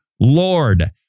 Lord